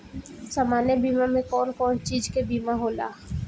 सामान्य बीमा में कवन कवन चीज के बीमा होला?